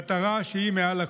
מטרה שהיא מעל הכול.